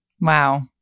Wow